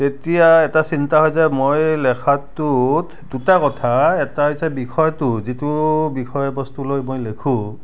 তেতিয়া এটা চিন্তা হয় যে মই লেখাটোত দুটা কথা এটা হৈছে বিষয়টো যিটো বিষয়বস্তু লৈ মই লেখোঁ